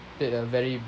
played a very